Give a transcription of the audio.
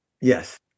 Yes